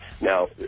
Now